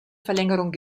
verlängerung